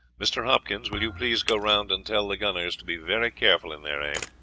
mr. hopkins, will you please go round and tell the gunners to be very careful in their aim?